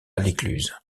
l’écluse